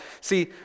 See